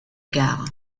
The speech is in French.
gare